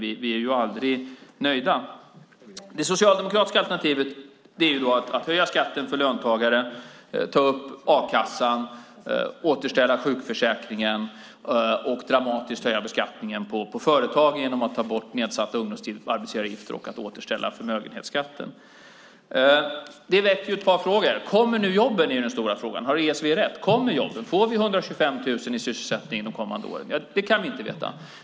Vi är ju aldrig nöjda. Det socialdemokratiska alternativet är att höja skatten för löntagare, höja a-kassan, återställa sjukförsäkringen och dramatiskt höja beskattningen på företag genom att ta bort nedsatta ungdomsarbetsgivaravgifter och återställa förmögenhetsskatten. Det här väcker ett par frågor. Kommer nu jobben? är den stora frågan. Har ESV rätt? Kommer jobben? Får vi 125 000 i sysselsättning de kommande åren? Det kan vi inte veta.